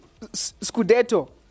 Scudetto